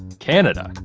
canada!